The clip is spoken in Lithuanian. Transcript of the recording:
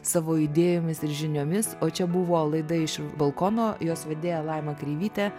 savo idėjomis ir žiniomis o čia buvo laida iš balkono jos vedėja laima kreivytė